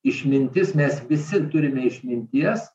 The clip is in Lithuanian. išmintis mes visi turime išminties